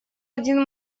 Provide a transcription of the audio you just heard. один